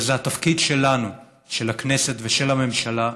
וזה התפקיד שלנו, של הכנסת ושל הממשלה,